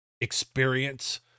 experience